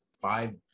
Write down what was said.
five